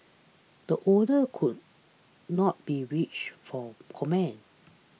the owners could not be reached for comment